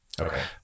okay